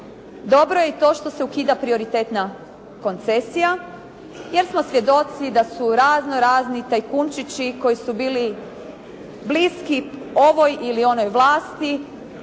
Dobro je i to što se ukida prioritetna koncesija jer smo svjedoci da su raznorazni tajkunčići koji su bili bliski ovoj ili onoj vlasti